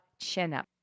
chin-up